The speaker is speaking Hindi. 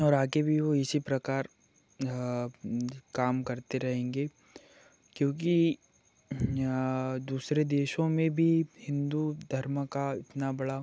और आगे भी वो इसी प्रकार काम करते रहेंगे क्योंकी दुसरे देशों में भी हिन्दू धर्म का इतना बड़ा